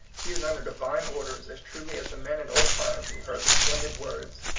he is under divine orders as truly as the men in old times who heard the splendid words,